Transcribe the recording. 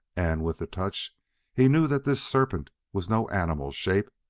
and with the touch he knew that this serpent was no animal shape,